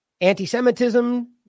Anti-Semitism